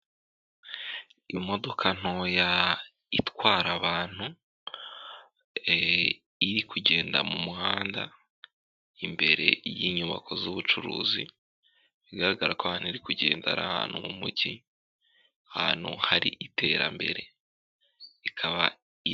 Imodoka ntoya itwara abantu, iri kugenda mu muhanda, imbere y'inyubako z'ubucuruzi, bigaragarako hano iri kugenda ari ahantu mu mujyi, ahantu hari iterambere ikaba.